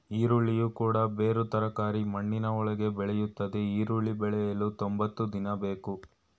ಈರುಳ್ಳಿಯು ಕೂಡ ಬೇರು ತರಕಾರಿ ಮಣ್ಣಿನ ಒಳಗೆ ಬೆಳೆಯುತ್ತದೆ ಈರುಳ್ಳಿ ಬೆಳೆಯಲು ತೊಂಬತ್ತು ದಿನ ಬೇಕು